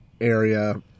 area